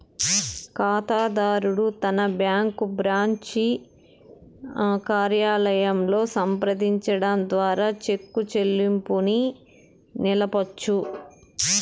కాతాదారుడు తన bank branch కార్యాలయంలో సంప్రదించడం ద్వారా చెక్కు చెల్లింపుని నిలపొచ్చు